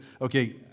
Okay